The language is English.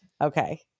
okay